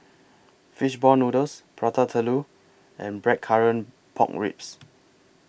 Fish Ball Noodles Prata Telur and Blackcurrant Pork Ribs